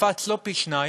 קפץ לא פי-שניים